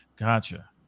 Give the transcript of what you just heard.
Gotcha